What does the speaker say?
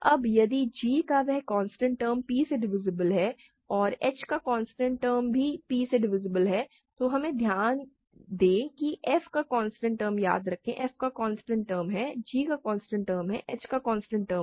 अब यदि g का वह कांस्टेंट टर्म p से डिवीसीब्ल है और h का कांस्टेंट टर्म भी p से डिवीसीब्ल है तो हम ध्यान दें कि f का कांस्टेंट टर्म याद रखें f का कांस्टेंट टर्म है g का कांस्टेंट टर्म h का कांस्टेंट टर्म